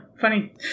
Funny